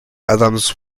adams